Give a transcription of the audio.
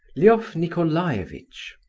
lef nicolaievitch.